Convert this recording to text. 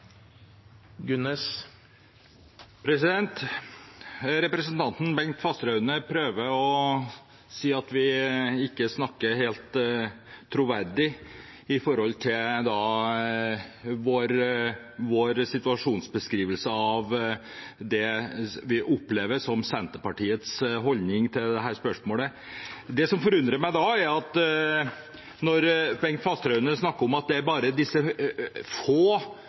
Bengt Fasteraune prøver å si at vi ikke snakker helt troverdig når det gjelder vår situasjonsbeskrivelse av det vi opplever som Senterpartiets holdning til dette spørsmålet. Bengt Fasteraune snakker om at det bare er noen få vi skal ta med denne registreringen. Da forundrer det meg litt at man i § 27 snakker